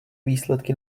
výsledky